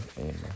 amen